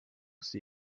sie